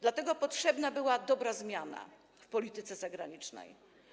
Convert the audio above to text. Dlatego potrzebna była dobra zmiana w polityce zagranicznej.